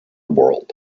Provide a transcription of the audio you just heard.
world